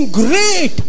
great